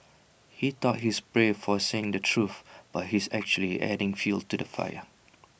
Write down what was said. he thought he's brave for saying the truth but he's actually just adding fuel to the fire